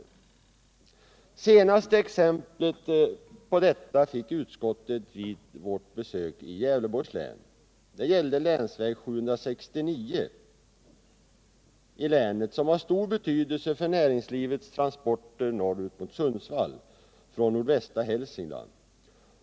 Det senaste exemplet på detta fick utskottet vid sitt besök i Gävleborgs län. Det gällde länsväg 769 som har stor betydelse för näringslivets transporter norr ut mot Sundvall från nordvästra Hälsingland.